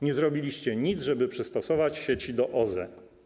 Nie zrobiliście nic, żeby przystosować sieci do OZE.